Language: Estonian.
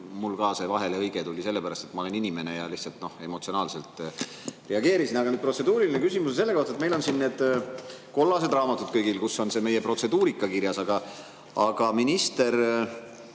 mul ka see vahelehõige tuli sellepärast, et ma olen inimene ja lihtsalt emotsionaalselt reageerisin. Aga mu protseduuriline küsimus on selle kohta. Meil on siin kõigil need kollased raamatud, kus on see meie protseduurika kirjas. Minister,